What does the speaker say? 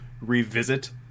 revisit